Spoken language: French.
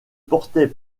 portait